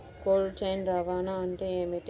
Cold chain రవాణా అంటే ఏమిటీ?